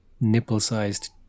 nipple-sized